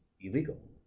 illegal